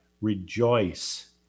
rejoice